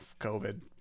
COVID